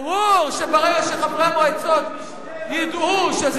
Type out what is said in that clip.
ברור שברגע שחברי המועצות ידעו שזה